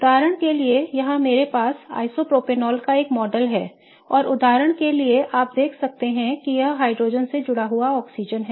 उदाहरण के लिए यहां मेरे पास आइसोप्रोपेनॉल का एक मॉडल है और उदाहरण के लिए आप देख सकते हैं कि यह हाइड्रोजन से जुड़ा हुआ ऑक्सीजन है